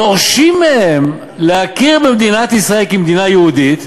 דורשים מהם להכיר במדינת ישראל כמדינה יהודית,